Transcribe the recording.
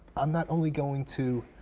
i'm not only going to